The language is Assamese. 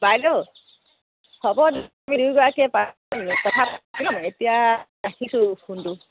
বাইদেউ হ'ব দুয়োগৰাকীয়ে পাতিম কথা পাতি ল'ম এতিয়া ৰাখিছোঁ ফোনটো